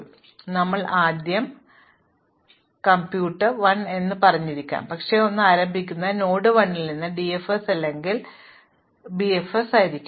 അതിനാൽ ഞങ്ങൾ ആദ്യം compt 1 എന്ന് പറഞ്ഞിരിക്കാം ഒരുപക്ഷേ ഞങ്ങൾ ആരംഭിക്കുന്നത് നോഡ് 1 ൽ നിന്നുള്ള DFS അല്ലെങ്കിൽ BFS ആയിരിക്കാം